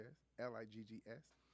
L-I-G-G-S